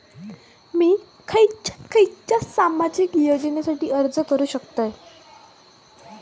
मी खयच्या खयच्या सामाजिक योजनेसाठी अर्ज करू शकतय?